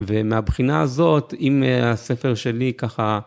ומהבחינה הזאת אם הספר שלי ככה